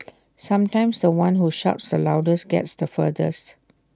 sometimes The One who shouts the loudest gets the furthest